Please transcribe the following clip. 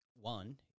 one